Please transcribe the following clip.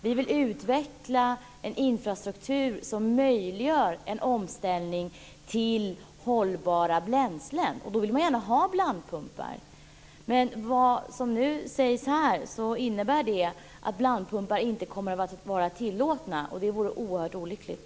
Vi vill utveckla en infrastruktur som möjliggör en omställning till hållbara bränslen. Då vill man gärna ha blandpumpar. Men vad som nu sägs här innebär att blandpumpar inte kommer att vara tillåtna, och det vore oerhört olyckligt.